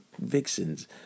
vixens